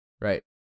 Right